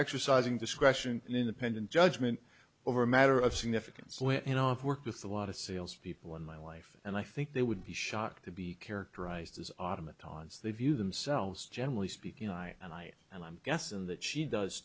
exercising discretion an independent judgment over a matter of significance when you know it worked with a lot of sales people in my life and i think they would be shocked to be characterized as automat taunts they view themselves generally speaking i and i and i'm guessing that she does